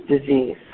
disease